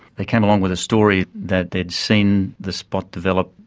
they came along with a story that they'd seen this spot develop,